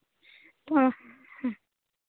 ᱦᱮᱸ ᱦᱮᱸ